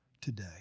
today